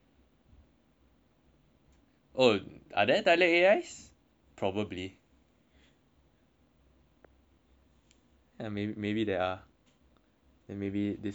oh are there dialect A_Is probably ya maybe maybe there are then maybe this whole could work